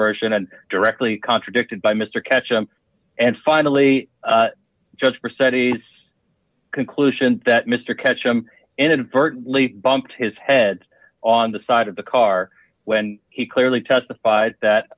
version and directly contradicted by mr ketchum and finally judge for saturday's conclusion that mr ketchum inadvertently bumped his head on the side of the car when he clearly testified that